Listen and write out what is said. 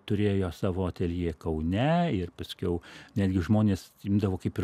turėjo savo ateljė kaune ir paskiau netgi žmonės imdavo kaip ir